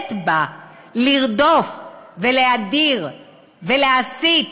באמת בא לרדוף ולהדיר ולהסית